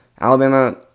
Alabama